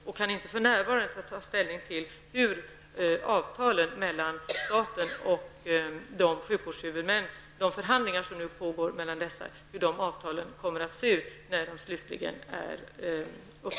Jag kan inte ta ställning till hur det slutliga resultatet av de förhandlingar som nu pågår mellan staten och sjukvårdshuvudmännen skall komma att se ut.